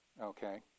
Okay